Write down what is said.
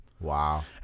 Wow